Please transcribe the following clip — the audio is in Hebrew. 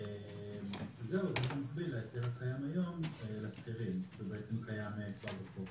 זה במקביל להסדר הקיים כיום, לשכירים, שקיים בחוק